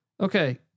Okay